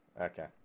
okay